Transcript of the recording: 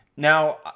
Now